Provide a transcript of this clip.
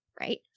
Right